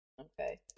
Okay